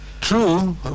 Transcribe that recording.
True